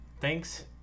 thanks